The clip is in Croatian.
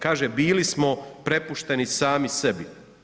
Kaže bili smo prepušteni sami sebi.